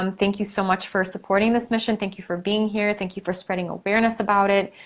um thank you so much for supporting this mission, thank you for being here, thank you for spreading awareness about it,